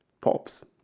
pops